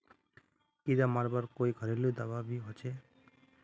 कीड़ा मरवार कोई घरेलू दाबा भी होचए?